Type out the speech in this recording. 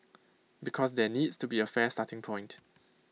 because there needs to be A fair starting point